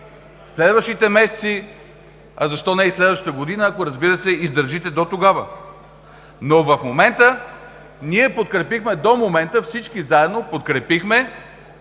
следващите месеци, а защо не и следващата година, ако, разбира се, издържите дотогава. (Реплики от ГЕРБ.) До момента всички заедно подкрепихме